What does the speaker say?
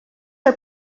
are